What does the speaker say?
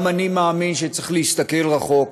גם אני מאמין שצריך להסתכל רחוק,